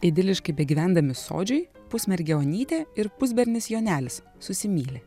idiliškai begyvendami sodžiuj pusmergė onytė ir pusbernis jonelis susimyli